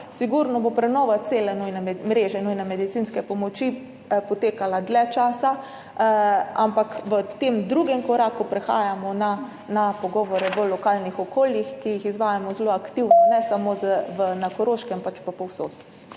Sigurno bo prenova cele mreže nujne medicinske pomoči potekala dlje časa, ampak v tem drugem koraku prehajamo na pogovore v bolj lokalnih okoljih, ki jih izvajamo zelo aktivno, ne samo na Koroškem, pač pa povsod.